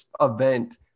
event